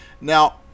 now